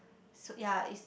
yea is